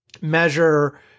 measure